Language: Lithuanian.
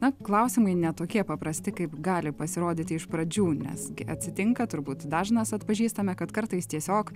na klausimai ne tokie paprasti kaip gali pasirodyti iš pradžių nes gi atsitinka turbūt dažnas atpažįstame kad kartais tiesiog